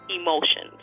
emotions